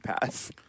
pass